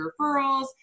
referrals